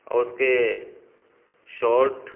اور اس کے شاٹ